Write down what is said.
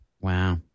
Wow